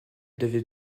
devait